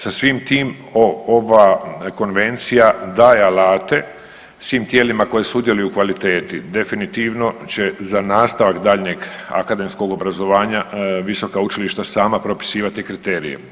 Sa svim tim ova konvencija daje alate svim tijelima koji sudjeluju u kvaliteti, definitivno će za nastavak daljnjeg akademskog obrazovanja visoka učilišta sama propisivati kriterije.